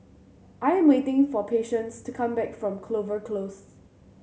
I am waiting for Patience to come back from Clover Close